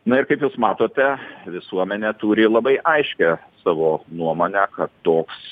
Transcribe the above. na ir kaip jūs matote visuomenė turi labai aiškią savo nuomonę kad toks